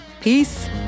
Peace